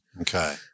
Okay